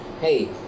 hey